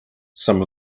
some